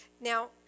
Now